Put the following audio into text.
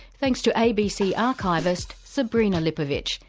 thanks to abc archivist, sabrina lipovic,